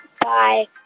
Bye